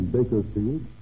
Bakersfield